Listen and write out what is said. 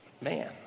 Man